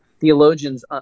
theologians